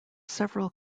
several